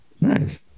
nice